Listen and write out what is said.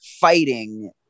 fighting